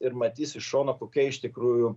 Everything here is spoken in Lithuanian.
ir matys iš šono kokia iš tikrųjų